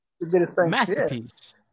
Masterpiece